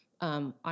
on